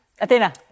Athena